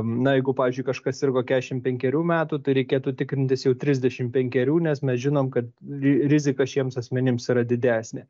na jeigu pavyzdžiui kažkas sirgo keturiasdešimt penkerių metų tai reikėtų tikrintis jau trisdešimt penkerių nes mes žinom kad rizika šiems asmenims yra didesnė